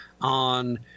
on